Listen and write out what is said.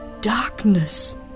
darkness